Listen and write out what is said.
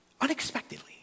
unexpectedly